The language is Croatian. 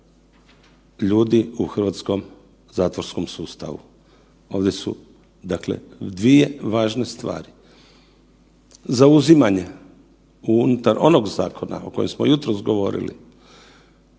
ljudi u hrvatskom zatvorskom sustavu. Ovdje su, dakle dvije važne stvari. Zauzimanje unutar onog zakona o kojem smo jutros govorili,